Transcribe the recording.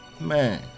man